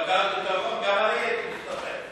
גם אני הייתי מסתפק.